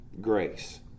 grace